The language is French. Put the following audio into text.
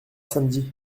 samedi